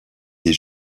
des